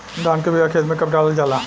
धान के बिया खेत में कब डालल जाला?